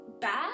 bad